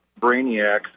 brainiacs